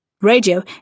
Radio